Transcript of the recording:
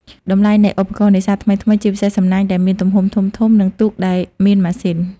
តម្លៃនៃឧបករណ៍នេសាទថ្មីៗ ជាពិសេសសំណាញ់ដែលមានទំហំធំៗ និងទូកដែលមានម៉ាស៊ីន។